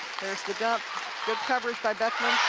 there's the jump good coverage by beckman.